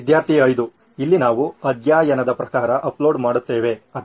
ವಿದ್ಯಾರ್ಥಿ 5 ಇಲ್ಲಿ ನಾವು ಅಧ್ಯಾಯನದ ಪ್ರಕಾರ ಅಪ್ಲೋಡ್ ಮಾಡುತ್ತೇವೆ ಅಥವಾ